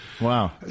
Wow